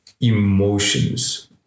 emotions